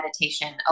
meditation